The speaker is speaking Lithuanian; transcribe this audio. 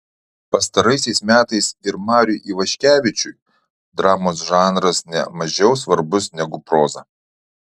pastaraisiais metais ir mariui ivaškevičiui dramos žanras ne mažiau svarbus negu proza